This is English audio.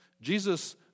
Jesus